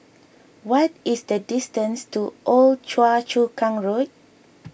what is the distance to Old Choa Chu Kang Road